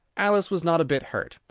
alice was not a bit hurt,